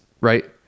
right